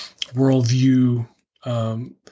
worldview